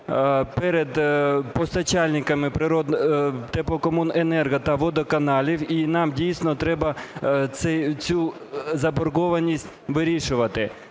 перед постачальниками, теплокомуненерго та водоканалами, і нам дійсно треба цю заборгованість вирішувати.